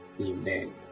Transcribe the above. amen